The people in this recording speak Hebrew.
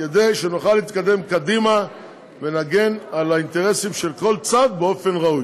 כדי שנוכל להתקדם קדימה ונגן על האינטרסים של כל צד באופן ראוי.